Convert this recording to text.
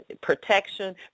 protection